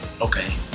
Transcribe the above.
Okay